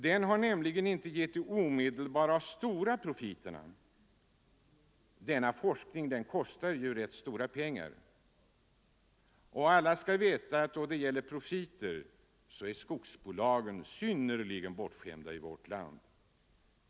Den har nämligen inte gett de omedelbara och stora profiterna. Den forskningen kostar ju rätt stora pengar. Och alla skall veta att då det gäller profiter är skogsbolagen synnerligen bortskämda i vårt land.